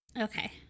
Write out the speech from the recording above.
Okay